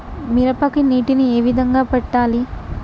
మిరపకి నీటిని ఏ విధంగా పెట్టాలి?